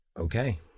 Okay